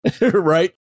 Right